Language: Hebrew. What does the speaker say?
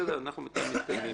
בינתיים אנחנו מתקדמים.